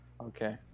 okay